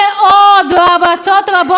בארצות רבות מאוד,